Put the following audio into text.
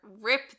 rip